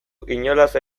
inolaz